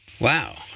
Wow